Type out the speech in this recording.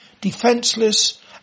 defenseless